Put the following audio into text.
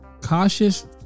cautious